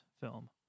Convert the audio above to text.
film